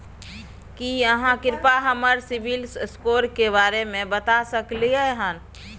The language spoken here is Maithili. की आहाँ कृपया हमरा सिबिल स्कोर के बारे में बता सकलियै हन?